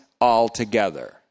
altogether